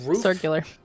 Circular